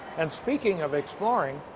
and speaking of exploring,